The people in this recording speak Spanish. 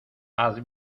haz